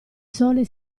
sole